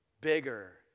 bigger